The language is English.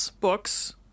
books